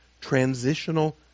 transitional